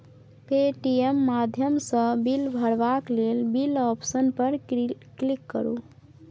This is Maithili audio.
पे.टी.एम माध्यमसँ बिल भरबाक लेल बिल आप्शन पर क्लिक करु